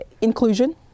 Inclusion